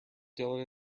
dylan